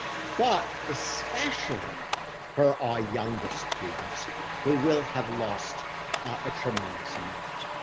but especially for our youngest students who will have lost a tremendous amount.